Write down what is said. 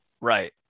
Right